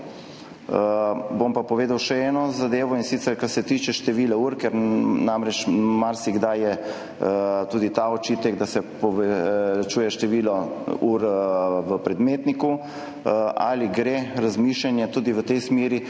Bom pa povedal še eno zadevo, in sicer kar se tiče števila ur, ker namreč marsikdaj je tudi ta očitek, da se povečuje število ur v predmetniku. Ali gre razmišljanje tudi v tej smeri?